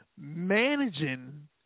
managing